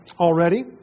already